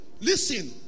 listen